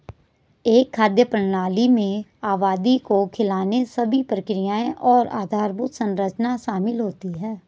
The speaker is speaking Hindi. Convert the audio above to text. एक खाद्य प्रणाली में आबादी को खिलाने सभी प्रक्रियाएं और आधारभूत संरचना शामिल होती है